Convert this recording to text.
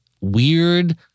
weird